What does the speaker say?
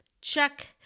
Check